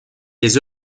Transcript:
des